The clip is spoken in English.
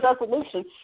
resolution